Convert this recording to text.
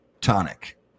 tonic